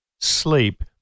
sleep